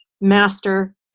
master